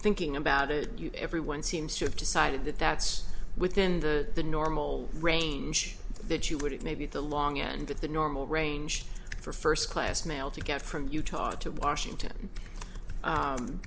thinking about it everyone seems to have decided that that's within the normal range that you would have maybe the long end of the normal range for first class mail to get from utah to washington